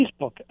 Facebook